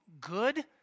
good